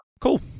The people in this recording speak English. cool